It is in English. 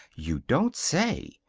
you don't say!